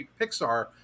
Pixar